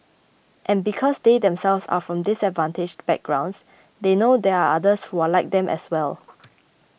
and because they themselves are from disadvantaged backgrounds they know there are others who are like them as well